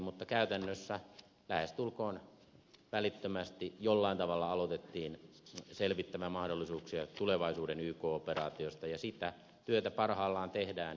mutta käytännössä lähestulkoon välittömästi jollain tavalla aloitettiin selvittää mahdollisuuksia tulevaisuuden yk operaatioista ja sitä työtä parhaillaan tehdään